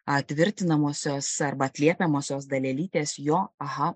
tvirtinamosios arba atliepiamosios dalelytės jo aha